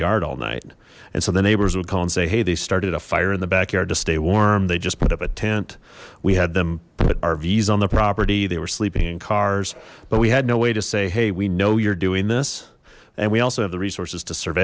yard all night and so the neighbors would call and say hey they started a fire in the backyard to stay warm they just put up a tent we had them rvs on the property they were sleeping in cars but we had no way to say hey we know you're doing this and we also have the resources to surve